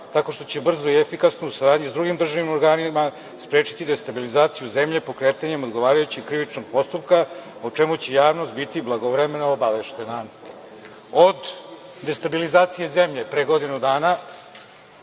tako što će brzo i efikasno u saradnji sa drugim državnim organima sprečiti destabilizaciju zemlje pokretanjem odgovarajućeg krivičnog postupka, o čemu će javnost biti blagovremeno obaveštena. Od destabilizacije zemlje pre godinu dana,